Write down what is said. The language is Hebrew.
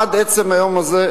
עד עצם היום הזה,